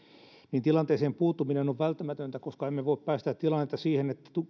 niin tilanteeseen puuttuminen on välttämätöntä koska emme voi päästää tilannetta siihen että